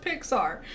Pixar